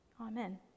Amen